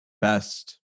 best